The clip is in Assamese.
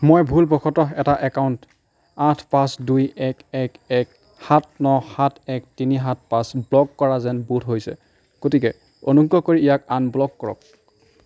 মই ভুলবশতঃ এটা একাউণ্ট আঠ পাঁচ দুই এক এক এক সাত ন সাত এক তিনি সাত পাঁচ ব্লক কৰা যেন বোধ হৈছে গতিকে অনুগ্ৰহ কৰি ইয়াক আনব্লক কৰক